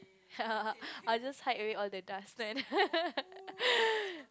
I will just hide away all the dustpan then